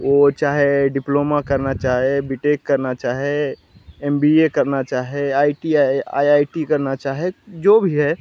वो चाहे डिप्लोमा करना चाहे बीटेक करने चाहे एम बी ए करना चाहे I T I I I T करना चाहे जो भी है